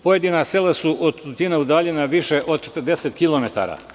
Pojedina sela su od Tutina udaljena više od 40 kilometara.